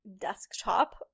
desktop